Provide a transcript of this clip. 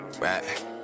Right